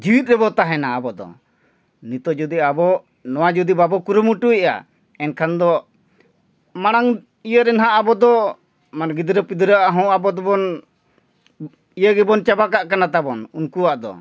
ᱡᱤᱣᱤᱫ ᱨᱮᱵᱚᱱ ᱛᱟᱦᱮᱱᱟ ᱟᱵᱚ ᱫᱚ ᱱᱤᱛᱳᱜ ᱡᱩᱫᱤ ᱟᱵᱚ ᱱᱚᱣᱟ ᱡᱩᱫᱤ ᱵᱟᱵᱚ ᱠᱩᱨᱩᱢᱩᱴᱩᱭᱮᱜᱼᱟ ᱮᱱᱠᱷᱟᱱ ᱫᱚ ᱢᱟᱲᱟᱝ ᱤᱭᱟᱹᱨᱮ ᱱᱟᱜ ᱟᱵᱚ ᱫᱚ ᱢᱟᱱᱮ ᱜᱤᱫᱽᱨᱟᱹ ᱯᱤᱫᱽᱨᱟᱹᱣᱟᱜ ᱦᱚᱸ ᱟᱵᱚ ᱫᱚᱵᱚᱱ ᱤᱭᱟᱹ ᱜᱮᱵᱚᱱ ᱪᱟᱵᱟ ᱠᱟᱜ ᱠᱟᱱᱟ ᱛᱟᱵᱚᱱ ᱩᱱᱠᱩᱣᱟᱜ ᱫᱚ